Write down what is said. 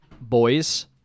boys